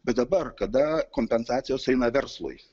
bet dabar kada kompensacijos eina verslui